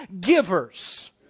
givers